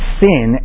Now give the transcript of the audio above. sin